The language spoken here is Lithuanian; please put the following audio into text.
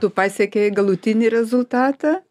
tu pasiekei galutinį rezultatą